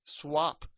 swap